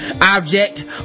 object